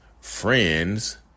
Friends